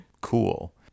Cool